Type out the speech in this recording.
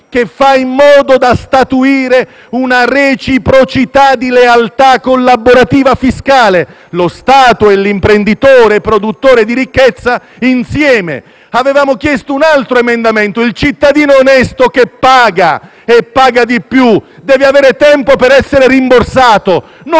che fa in modo di statuire una reciprocità di lealtà collaborativa fiscale: lo Stato e l'imprenditore produttore di ricchezza insieme. Avevamo chiesto un altro emendamento: il cittadino onesto che paga, e paga di più, deve essere rimborsato